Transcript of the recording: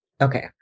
Okay